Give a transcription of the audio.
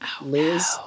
Liz